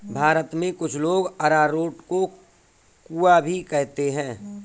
भारत में कुछ लोग अरारोट को कूया भी कहते हैं